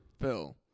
phil